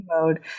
mode